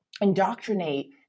indoctrinate